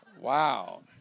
Wow